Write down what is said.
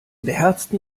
beherzten